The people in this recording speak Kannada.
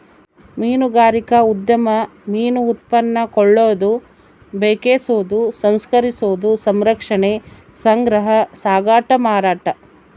ಮೀನುಗಾರಿಕಾ ಉದ್ಯಮ ಮೀನು ಉತ್ಪನ್ನ ಕೊಳ್ಳೋದು ಬೆಕೆಸೋದು ಸಂಸ್ಕರಿಸೋದು ಸಂರಕ್ಷಣೆ ಸಂಗ್ರಹ ಸಾಗಾಟ ಮಾರಾಟ